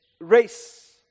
race